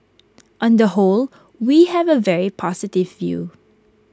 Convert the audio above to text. on the whole we have A very positive view